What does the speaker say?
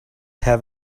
have